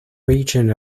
region